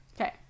Okay